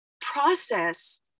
process